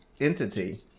entity